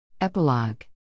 Epilogue